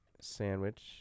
sandwich